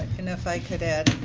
and if i could add,